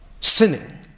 sinning